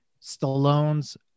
Stallone's